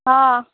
हँ